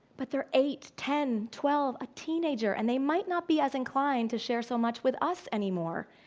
but they're eight, ten, twelve, a teenager and they might not be as inclined to share so much with us anymore.